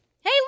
Hey